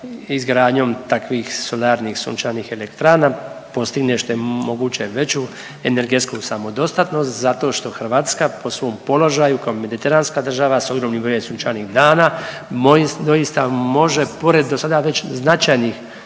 izgradnjom takvih solarnih i sunčanih elektrana postigne što je moguće veću energetsku samodostatnost zato što Hrvatska po svom položaju kao mediteranska država s obzirom na broj sunčanih dana doista može pored dosada već značajnih